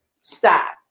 stop